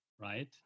right